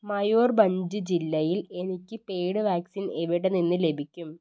മയൂർഭഞ്ച് ജില്ലയിൽ എനിക്ക് paid vaccine എവിടെ നിന്ന് ലഭിക്കും